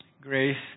Grace